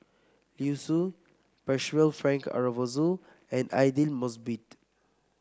Liu Si Percival Frank Aroozoo and Aidli Mosbit